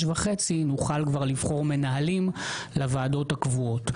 וחצי נוכל כבר לבחור מנהלים לוועדות הקבועות,